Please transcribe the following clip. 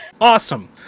Awesome